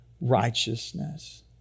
righteousness